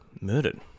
murdered